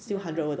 ya